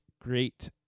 great